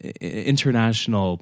international